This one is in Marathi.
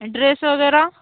ड्रेस वगैरे